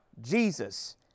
Jesus